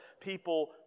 people